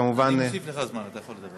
אני מוסיף לך זמן, אתה יכול לדבר.